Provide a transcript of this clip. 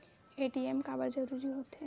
ATM काबर जरूरी हो थे?